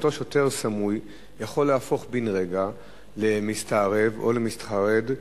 אבל אותו שוטר סמוי יכול להפוך בן-רגע למסתערב או למסתחרד,